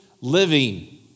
living